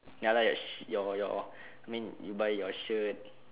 ya lah your sh~ your your I mean you buy your shirt